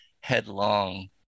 headlong